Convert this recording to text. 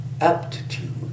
aptitude